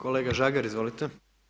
Kolega Žagar izvolite.